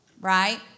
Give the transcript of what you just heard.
right